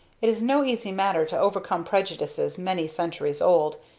it is no easy matter to overcome prejudices many centuries old,